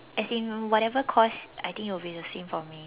as in whatever course I think it will be the same for me